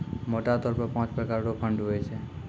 मोटा तौर पर पाँच प्रकार रो फंड हुवै छै